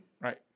Right